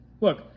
look